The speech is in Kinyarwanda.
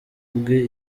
bwe